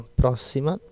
prossima